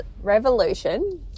Revolution